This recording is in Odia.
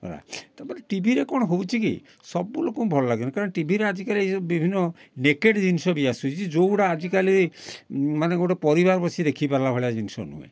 ଗଲା ତା'ପରେ ଟିଭିରେ କ'ଣ ହେଉଛି କି ସବୁଲୋକଙ୍କୁ ଭଲ ଲାଗିବନି କାରଣ ଟିଭିରେ ଆଜିକାଲି ଏଇସବୁ ବିଭିନ୍ନ ନେକେଡ଼୍ ଜିନିଷ ବି ଆସୁଛି ଯେଉଁଗୁଡ଼ିକ ଆଜିକାଲି ମାନେ ଗୋଟେ ପରିବାର ବସି ଦେଖିପାରିଲା ଭଳିଆ ଜିନିଷ ନୁହେଁ